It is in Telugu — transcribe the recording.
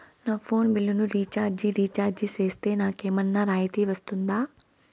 నా ఫోను బిల్లును రీచార్జి రీఛార్జి సేస్తే, నాకు ఏమన్నా రాయితీ వస్తుందా?